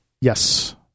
Yes